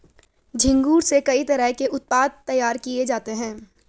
झींगुर से कई तरह के उत्पाद तैयार किये जाते है